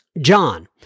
John